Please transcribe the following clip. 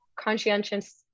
conscientious